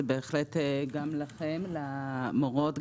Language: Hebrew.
זה בהחלט רלוונטי לכם, למורות.